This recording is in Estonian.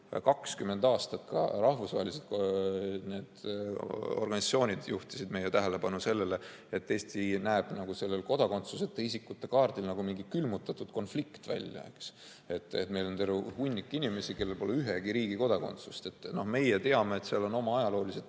20 aastat. Ka rahvusvahelised organisatsioonid juhtisid meie tähelepanu sellele, et Eesti näeb kodakondsuseta isikute kaardil nagu mingi külmutatud konflikt välja. Et meil on terve hulk inimesi, kellel pole ühegi riigi kodakondsust. Meie teame, et sellel on oma ajaloolised